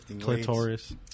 clitoris